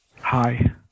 hi